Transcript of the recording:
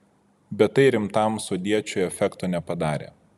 bet tai rimtam sodiečiui efekto nepadarė